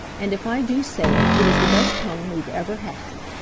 and if i do say it, it is the best home we've ever had.